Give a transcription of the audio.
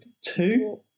two